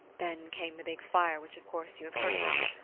then came the big fire which of course you have heard about.